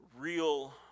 real